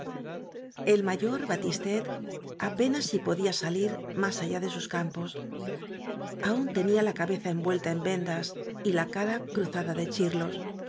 el mayor batistet apenas si podía salir más allá de sus campos aún tenía la cabeza envuelta en vendas y la cara cruzada de chirlos